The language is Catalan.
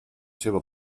seua